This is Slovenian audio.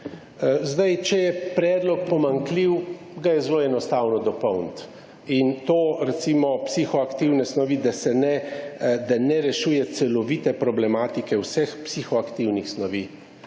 Zdaj če je predlog pomanjkljiv, ga je zelo enostavno dopolniti. In to, recimo psihoaktivne snovi, da ne rešuje celovite problematike vseh psihoaktivnih snovi,